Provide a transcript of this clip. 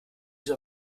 soll